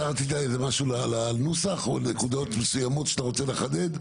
אתה רצית לנוסח או נקודות מסוימות שאתה רוצה לחדד?